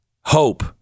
hope